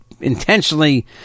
intentionally